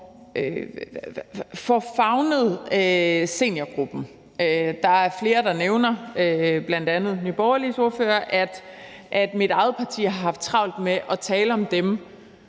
får favnet seniorgruppen. Der er flere, der nævner, bl.a. Nye Borgerliges ordfører, at mit eget parti har haft travlt med at tale om dem,